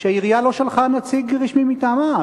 שעירייה לא שלחה נציג רשמי מטעמה,